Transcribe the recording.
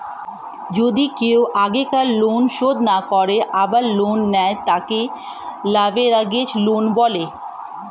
যদি কেও আগেকার লোন শোধ না করে আবার লোন নেয়, তাকে লেভেরাগেজ লোন বলে